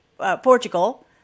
Portugal